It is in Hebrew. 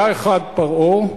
היה אחד, פרעה,